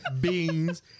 beans